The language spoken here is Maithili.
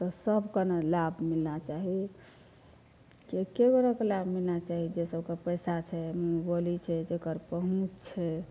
सबके ने लाभ मिलना चाही की एक्के गोके लाभ मिलना चाही जे सबके पैसा छै मुँहमे बोली छै जेकर पहुँच छै